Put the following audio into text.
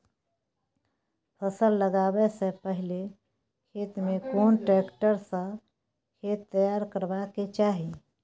फसल लगाबै स पहिले खेत में कोन ट्रैक्टर स खेत तैयार करबा के चाही?